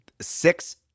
six